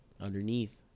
underneath